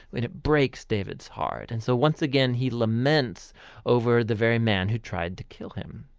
and it breaks david's heart and so once again he laments over the very man who tried to kill him.